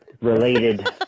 related